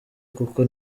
kuko